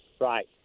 Right